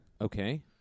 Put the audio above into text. okay